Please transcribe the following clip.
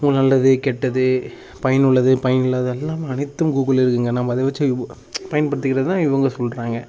ஒரு நல்லது கெட்டது பயனுள்ளது பயன் இல்லாதது எல்லாமே அனைத்தும் கூகுளில் இருக்குங்க நம்ம அதை வச்சு பயன்படுத்திக்கிறது தான் இவங்க சொல்லுறாங்க